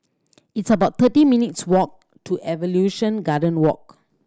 it's about thirty minutes' walk to Evolution Garden Walk